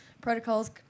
Protocols